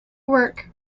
work